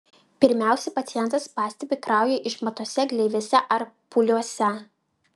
pirmiausia pacientas pastebi kraują išmatose gleivėse ar pūliuose